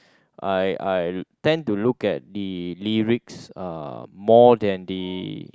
I I tend to look at the lyrics uh more than the